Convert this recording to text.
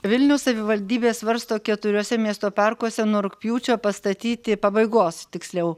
vilniaus savivaldybė svarsto keturiuose miesto parkuose nuo rugpjūčio pastatyti pabaigos tiksliau